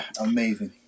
Amazing